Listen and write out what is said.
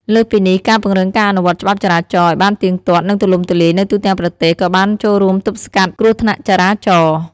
លើសពីនេះ ការពង្រឹងការអនុវត្តច្បាប់ចរាចរណ៍ឱ្យបានទៀងទាត់ និងទូលំទូលាយនៅទូទាំងប្រទេសក៏បានចូលរួមទប់ស្កាត់ស្កាក់គ្រោះថ្នាក់ចរាចរណ៍។